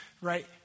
right